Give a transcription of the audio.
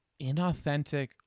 inauthentic